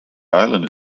island